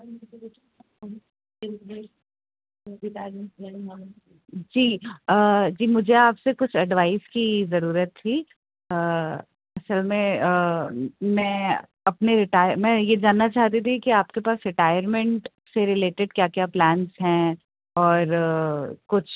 جی جی مجھے آپ سے کچھ ایڈوائس کی ضرورت تھی اصل میں میں اپنے رٹر میں یہ جاننا چاہتی تھی کہ آپ کے پاس ریٹائرمنٹ سے ریلیٹڈ کیا کیا پلانس ہیں اور کچھ